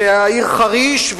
והעיר חריש,